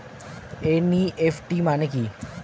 NEFT মানে কি?